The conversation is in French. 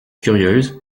curieuse